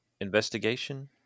investigation